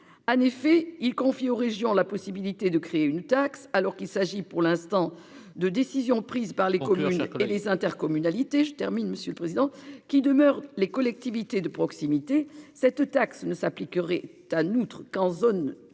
Anne effet il confie aux régions la possibilité de créer une taxe alors qu'il s'agit pour l'instant de décisions prises par les couleurs et les intercommunalités. Je termine Monsieur le Président qui demeurent les collectivités de proximité, cette taxe ne s'appliquerait. Outre qu'en zone tendue